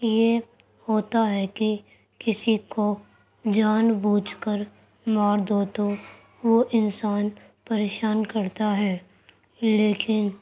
یہ ہوتا ہے کہ کسی کو جان بوجھ کر مار دو تو وہ انسان پریشان کرتا ہے لیکن